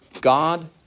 God